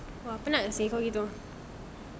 !wah! penat seh kalau gitu